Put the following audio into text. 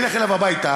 נלך אליו הביתה,